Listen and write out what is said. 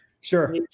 Sure